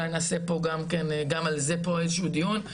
אולי נעשה פה גם על זה איזה שהוא דיון,